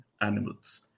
animals